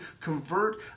convert